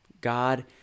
God